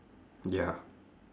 ya